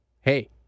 hey